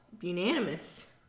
unanimous